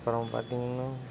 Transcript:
அப்புறம் பார்த்தீங்கனா